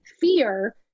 Fear